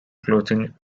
clothing